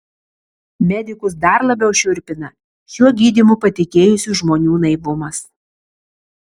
medikus dar labiau šiurpina šiuo gydymu patikėjusių žmonių naivumas